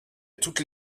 toutes